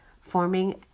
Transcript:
forming